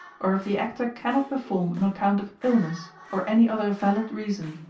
or if the actor cannot perform on account of illness or any other valid reason,